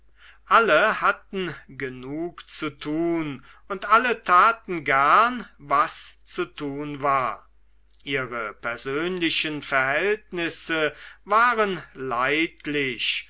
alle hatten genug zu tun und alle taten gern was zu tun war ihre persönlichen verhältnisse waren leidlich